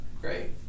Great